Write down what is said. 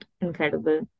incredible